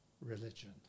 religion